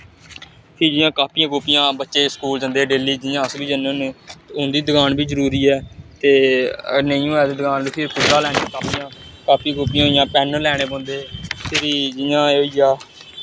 फिर जि'यां कापियां कूपियां बच्चे स्कूल जंदे डेल्ली जि'यां अस बी जन्ने होन्ने उं'दी दकान बी जरूनी ऐ ते नेईं होऐ दकान ते फिर कुत्थां दा लैनियां कापियां कापियां कूपियां होई गेइयां पैन्न लैने पौंदे फिरी जि'यां एह् होई गेआ